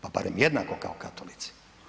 Pa barem jednako kao katolici?